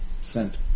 sent